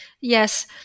Yes